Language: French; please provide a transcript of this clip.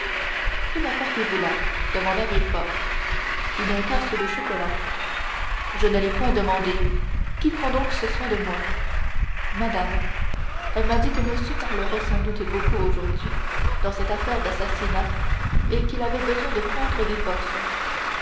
que m'apportez-vous là demanda villefort une tasse de chocolat je ne l'ai point demandée qui prend donc ce soin de moi madame elle m'a dit que monsieur parlerait sans doute beaucoup aujourd'hui dans cette affaire d'assassinat et qu'il avait besoin de prendre des forces